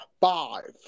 five